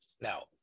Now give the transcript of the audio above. now